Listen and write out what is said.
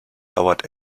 dauert